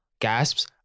gasps